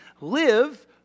live